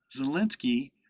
Zelensky